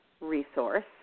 resource